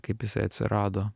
kaip jisai atsirado